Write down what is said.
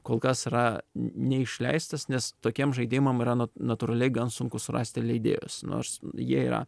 kol kas yra n neišleistas nes tokiem žaidimam yra na natūraliai gan sunku surasti leidėjus nors jie yra